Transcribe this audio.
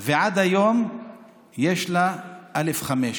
ועד היום יש לה א/5.